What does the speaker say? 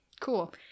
cool